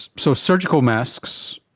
so, surgical masks,